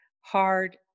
hard